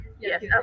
Yes